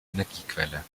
energiequelle